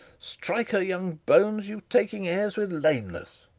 strike her young bones, you taking airs, with lameness!